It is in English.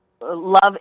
Love